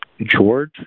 George